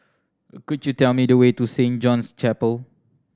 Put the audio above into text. could you tell me the way to Saint John's Chapel